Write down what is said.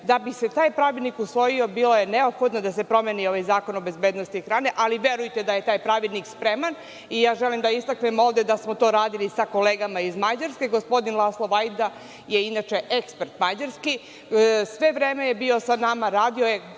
Da bi se taj pravilnik usvojio, bilo je neophodno da se promeni ovaj Zakon o bezbednosti hrane, ali verujte da je taj pravilnik spreman. Želim da istaknem ovde da smo to radili sa kolegama iz Mađarske. Gospodin Laslo Varga je inače ekspert mađarski, sve vreme je bio sa nama, radio